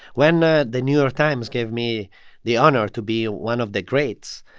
when ah the new york times gave me the honor to be one of the greats,